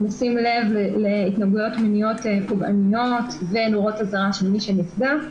לשים לב להתנהגויות מיניות פוגעניות ונורות אזהרה של מי שנפגעת,